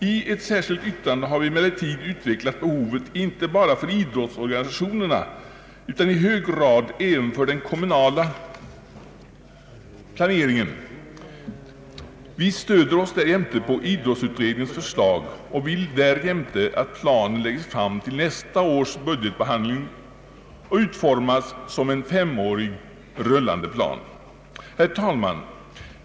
I ett särskilt yttrande har vi emellertid utvecklat behovet av en sådan plan inte bara för idrottsorganisationerna utan i hög grad även för den kommunala planeringen. Vi stöder oss på idrottsutredningens förslag och vill därjämte att planen läggs fram till nästa års budgetbehandling och utformas som en femårig rullande plan. Herr talman!